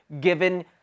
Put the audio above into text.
given